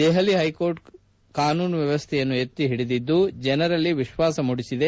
Delhi high court ಕಾನೂನು ವ್ಯವಸ್ವೆಯನ್ನು ಎತ್ತಿಹಿಡಿದಿದ್ದು ಜನರಲ್ಲಿ ವಿಶ್ವಾಸವನ್ನು ಮೂಡಿಸಿದೆ